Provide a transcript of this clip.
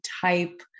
type